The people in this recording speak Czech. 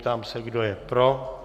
Ptám se, kdo je pro.